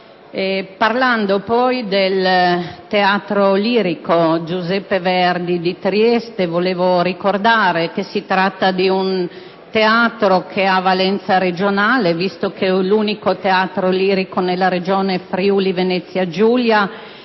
il Teatro lirico Giuseppe Verdi di Trieste, vorrei ricordare che si tratta di un teatro che ha valenza regionale, visto che è l'unico teatro lirico nella Regione Friuli-Venezia Giulia,